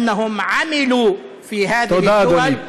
מבחינת הרישוי במדינה בגלל שהם עבדו במדינות האלה.